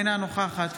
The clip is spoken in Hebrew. אינה נוכחת